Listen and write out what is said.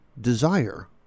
desire